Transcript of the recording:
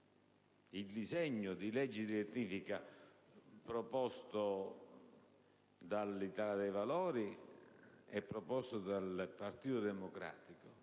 il disegno di legge di ratifica, proposto dall'Italia dei Valori e dal Partito Democratico,